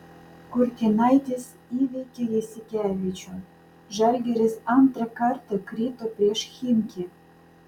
kurtinaitis įveikė jasikevičių žalgiris antrą kartą krito prieš chimki